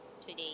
today